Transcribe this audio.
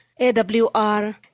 AWR